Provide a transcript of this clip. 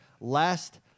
Last